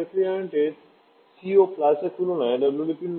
কিছু রেফ্রিজারেন্টের সিও এর তুলনায় জিডাব্লুপির